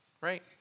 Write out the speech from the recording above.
right